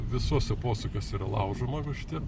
visuose posūkiuose yra laužoma va šitie